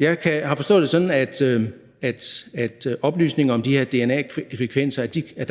Jeg har forstået det sådan, at oplysninger om de her dna-sekvenser